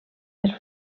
les